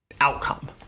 outcome